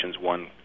one